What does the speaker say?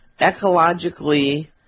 ecologically